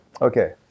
Okay